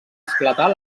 esclatar